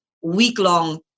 week-long